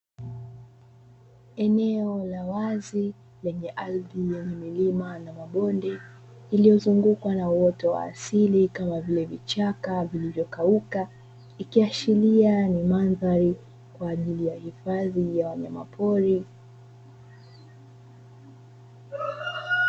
Eneo la wazi lenye ardhi yenye milima na mabonde lililozungukwa na uoto wa asili kama vile; vichaka na nyasi zilizo kauka. Ikiashiria kuwa ni mandhari kwa ajili ya hifadhi ya wanyama pori.